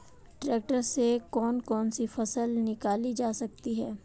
Tractor से कौन कौनसी फसल निकाली जा सकती हैं?